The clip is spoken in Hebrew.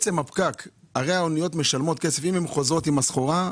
אם האוניות חוזרות עם הסחורה,